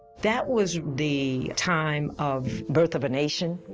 that was the time of birth of a nation,